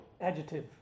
adjective